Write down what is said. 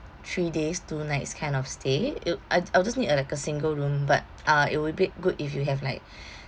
three days two nights kind of stay it'll I I'll just need a like a single room but uh it would be good if you have like